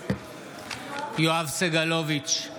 יואב סגלוביץ'